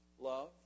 love